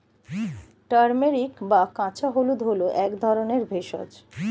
turmeric বা কাঁচা হলুদ হল এক ধরনের ভেষজ